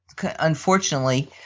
unfortunately